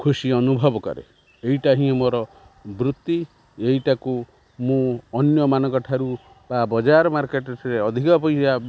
ଖୁସି ଅନୁଭବ କରେ ଏଇଟା ହିଁ ମୋର ବୃତ୍ତି ଏଇଟାକୁ ମୁଁ ଅନ୍ୟମାନଙ୍କ ଠାରୁ ବା ବଜାର ମାର୍କେଟ୍ଠାରେ ଅଧିକ ପଇସା